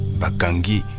bakangi